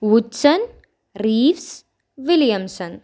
ఉడ్సన్ రీఫ్స్ విలియమ్సన్